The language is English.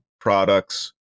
products